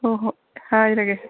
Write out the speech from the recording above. ꯍꯣꯏ ꯍꯣꯏ ꯍꯥꯏꯔꯒꯦ